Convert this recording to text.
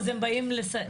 אז הם באים לסייע,